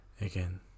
again